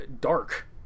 dark